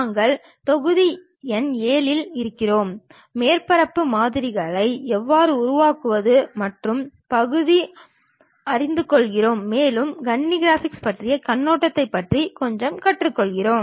நாங்கள் தொகுதி எண் 7 இல் இருக்கிறோம் மேற்பரப்பு மாதிரிகளை எவ்வாறு உருவாக்குவது என்பது பற்றி அறிந்துகொள்கிறோம் மேலும் கணினி கிராபிக்ஸ் பற்றிய கண்ணோட்டத்தைப் பற்றி கொஞ்சம் கற்றுக்கொள்கிறோம்